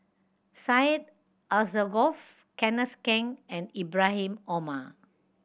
Syed Alsagoff Kenneth Keng and Ibrahim Omar